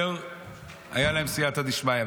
יותר הייתה להם סייעתא דשמיא.